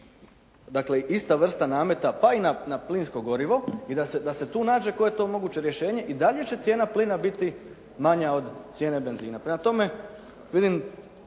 dakle ista vrsta nameta pa i na plinsko gorivo i da se tu nađe koje je to moguće rješenje, i dalje će cijena plina biti manja od cijene benzina. Prema tome, vidim